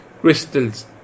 crystals